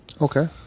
Okay